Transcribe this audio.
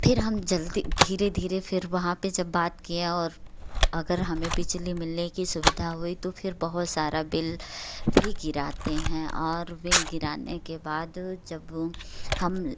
फिर हम जल्दी धीरे धीरे फिर वहाँ पर जब बात किए और अगर हमें बिजली मिलने की सुविधा हुई तो फिर बहुत सारा बिल भी गिराते हैं और बिल गिराने के बाद जब हम